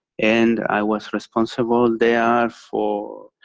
and i was responsible there for